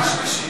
מה שלישית?